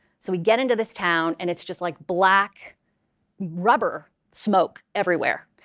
so we get into this town, and it's just like black rubber smoke everywhere.